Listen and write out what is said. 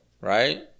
right